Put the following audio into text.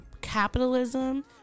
capitalism